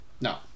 No